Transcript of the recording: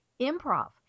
improv